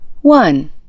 one